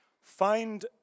find